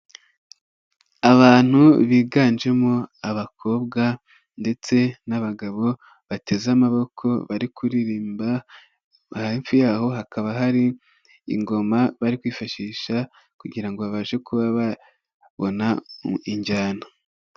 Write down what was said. Abantu biganjemo abakobwa ndetse n'abagabo bateze amaboko bari kuririmba, hafi y;aho hakaba hari ingoma bari kwifashisha kugira ngo babashe kuba babona injyana.